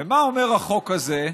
ומה אומר החוק הזה?